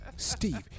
Steve